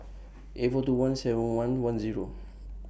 eight four two one Seven Eleven Zero